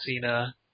Cena